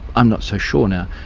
i'm not so sure now,